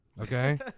okay